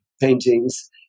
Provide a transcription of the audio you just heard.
paintings